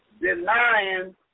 denying